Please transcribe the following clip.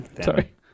Sorry